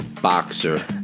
boxer